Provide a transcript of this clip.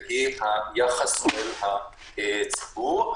והיא היחס לציבור,